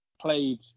played